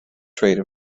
trade